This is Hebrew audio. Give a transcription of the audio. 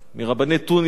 מרבני תוניס.